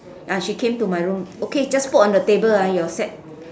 ah she came to my room okay just put on the table ah your set